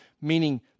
meaning